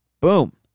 Boom